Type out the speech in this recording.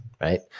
right